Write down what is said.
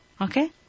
Okay